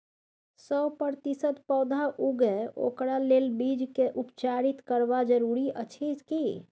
सौ प्रतिसत पौधा उगे ओकरा लेल बीज के उपचारित करबा जरूरी अछि की?